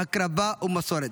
הקרבה ומסורת.